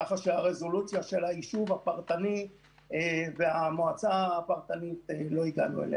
ככה שלרזולוציה של היישוב הפרטני והמועצה הפרטנית לא הגענו.